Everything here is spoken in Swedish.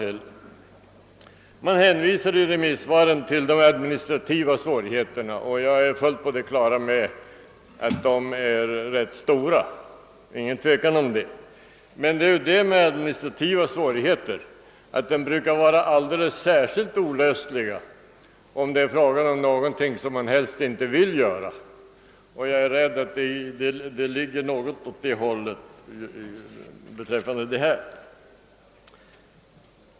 I remissvaren hänvisas till de administrativa svårigheterna, och dessa är tvivelsutan rätt stora. Men administra tiva svårigheter brukar vara särskilt oöverkomliga om det är fråga om någonting som man helst inte vill göra. Jag är rädd att det i detta fall förhåller sig ungefär på det sättet.